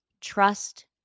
Trust